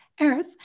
earth